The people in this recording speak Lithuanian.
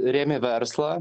rėmė verslą